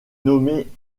nommée